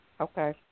Okay